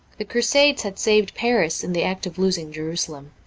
the crusades had saved paris in the act of losing jerusalem.